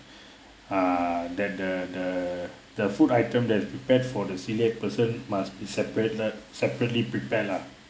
ah that the the the food item that is prepared for the celiac person must be separated separately prepared lah